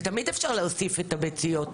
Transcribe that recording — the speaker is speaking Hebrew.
ותמיד אפשר להוסיף את הביציות.